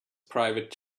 private